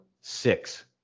six